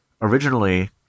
originally